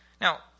Now